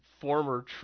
former